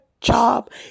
Job